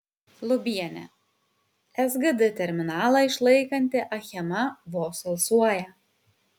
lubienė sgd terminalą išlaikanti achema vos alsuoja